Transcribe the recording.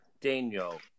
Daniel